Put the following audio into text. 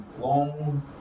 Long